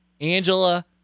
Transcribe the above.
Angela